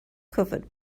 covered